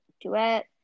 duet